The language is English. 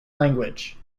language